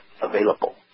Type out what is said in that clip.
available